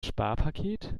sparpaket